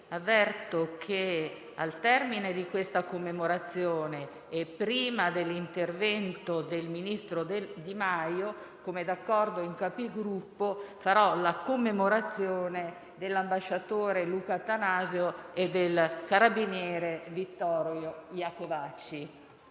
Avverto che al termine di questa commemorazione e prima dell'intervento del ministro Di Maio, come d'accordo in Conferenza dei Capigruppo, ci sarà la commemorazione dell'ambasciatore Luca Attanasio e del carabiniere Vittorio Iacovacci.